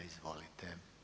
Izvolite.